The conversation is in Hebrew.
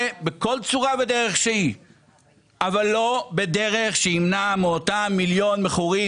בכל צורה ודרך שהיא אבל לא בדרך שתמנע מאותם מיליון מכורים